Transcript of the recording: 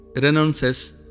renounces